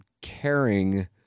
caring